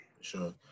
Sure